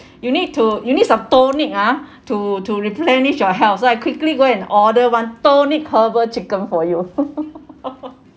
you need to you need some tonic ah to to replenish your health so I quickly go and order one tonic herbal chicken for you